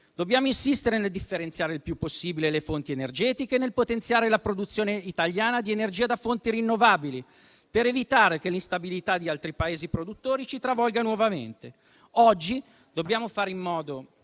dobbiamo insistere nel differenziare il più possibile le fonti energetiche e nel potenziare la produzione italiana di energia da fonti rinnovabili, per evitare che l'instabilità di altri Paesi produttori ci travolga nuovamente. Oggi dobbiamo fare in modo